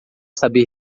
saber